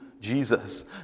Jesus